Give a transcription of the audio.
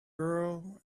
girl